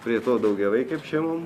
prie to daugiavaikėm šeimom